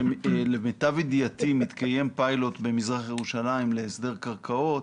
למיטב ידיעתי מתקיים פיילוט במזרח ירושלים להסדר קרקעות.